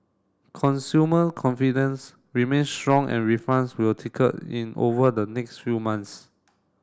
consumer confidence remain strong and refunds will trickle in over the next few months